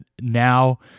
now